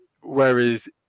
Whereas